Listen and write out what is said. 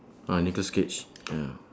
ah nicholas cage ya